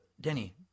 Denny